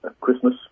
Christmas